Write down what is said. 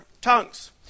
tongues